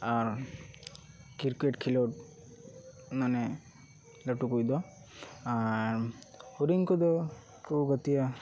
ᱟᱨ cricket ᱠᱷᱮᱞᱳᱰ ᱢᱟᱱᱮ ᱞᱟᱹᱴᱩ ᱠᱩᱡ ᱫᱚ ᱟᱨ ᱦᱩᱰᱤᱧ ᱠᱚᱫᱚ ᱩᱱᱠᱩ ᱠᱚ ᱜᱟᱛᱮᱜᱼᱟ